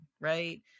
Right